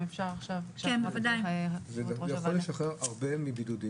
זה יכול לשחרר הרבה מבידוד.